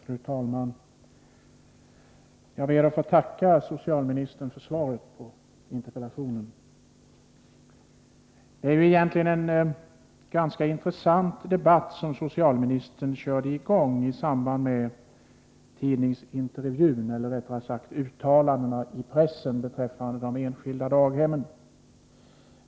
Fru talman! Jag ber att få tacka socialministern för svaret på min interpellation. Det är en ganska intressant debatt som socialministern satt i gång genom sina uttalanden i pressen angående de enskilda daghemmen.